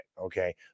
okay